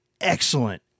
excellent